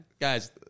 guys